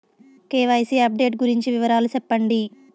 KYC update గురించి వివరాలు సెప్పండి?